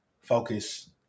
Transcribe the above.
focus